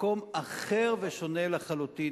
במקום אחר ושונה לחלוטין.